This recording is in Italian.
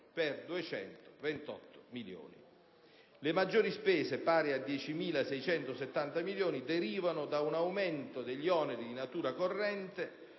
per 228 milioni. Le maggiori spese, pari a 10.670 milioni, derivano da un aumento degli oneri di natura corrente,